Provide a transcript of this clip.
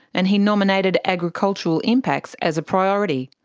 and he nominated agricultural impacts as a priority.